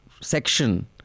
section